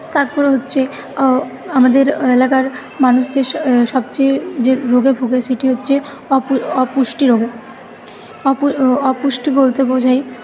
তারপরে হচ্ছে আমাদের এলাকার মানুষদের সবচেয়ে যে রোগে ভুগে সেটি হচ্ছে অপু অপুষ্টি রোগে অপু অপুষ্টি বলতে বোঝায়